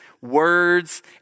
words